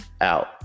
out